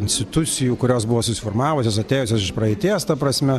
institucijų kurios buvo susiformavusios atėjusios iš praeities ta prasme